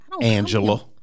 Angela